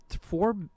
four